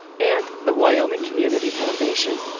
and, the wyoming community foundation.